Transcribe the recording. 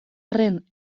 arren